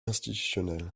institutionnel